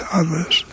others